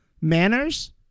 Manners